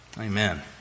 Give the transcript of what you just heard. Amen